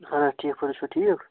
اَہَن حظ ٹھیٖک پٲٹھۍ تُہۍ چھِو ٹھیٖک